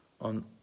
on